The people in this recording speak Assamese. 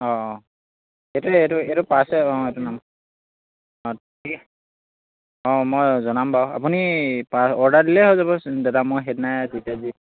অঁ অঁ সেইটোৱে এইটো এইটো পাৰ্চেল অঁ এইটো নাম অঁ ঠিক অঁ মই জনাম বাৰু আপুনি পাৰ অৰ্ডাৰ দিলেই হৈ যাব দাদা মই সেইদিনাই যেতিয়া যি